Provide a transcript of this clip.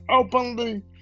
openly